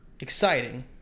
exciting